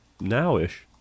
now-ish